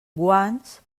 guants